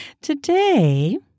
Today